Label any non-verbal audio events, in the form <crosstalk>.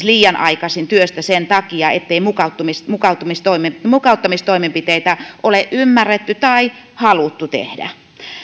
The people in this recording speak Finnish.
<unintelligible> liian aikaisin pois työstä sen takia ettei mukauttamistoimenpiteitä mukauttamistoimenpiteitä ole ymmärretty tai haluttu tehdä